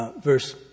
verse